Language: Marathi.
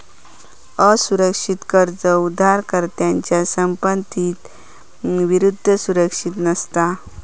असुरक्षित कर्ज उधारकर्त्याच्या संपत्ती विरुद्ध सुरक्षित नसता